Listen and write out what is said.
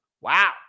Wow